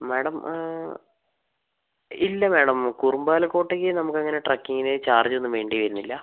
madam ഇല്ല madam Kurumbala കോട്ടക്ക് നമുക്കങ്ങനെ ട്രക്കിങ്ങിന് ചാർജൊന്നും വേണ്ടി വരുന്നില്ല